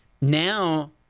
Now